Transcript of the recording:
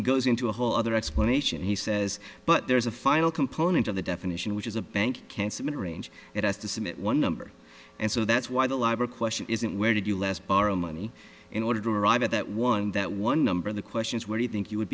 he goes into a whole other explanation he says but there's a final component of the definition which is a bank can submit a range it has to submit one number and so that's why the libre question isn't where did you last borrow money in order to arrive at that one that one number of the questions where you think you would